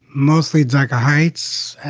mostly like heights